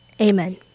amen